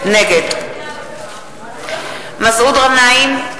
נגד מסעוד גנאים,